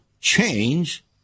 change